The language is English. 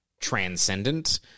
transcendent